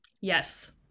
Yes